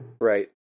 Right